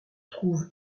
trouve